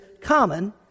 common